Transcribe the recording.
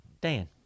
Dan